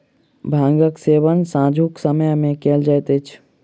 भांगक सेवन सांझुक समय मे कयल जाइत अछि